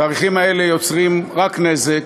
התאריכים האלה יוצרים רק נזק,